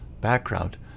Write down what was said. background